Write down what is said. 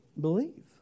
believe